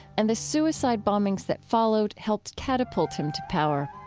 and the suicide bombings that followed helped catapult him to power.